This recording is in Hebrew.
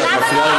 מזכיר,